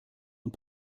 und